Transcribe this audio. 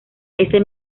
ese